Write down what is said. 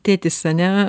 tėtis ane